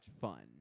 fun